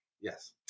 Yes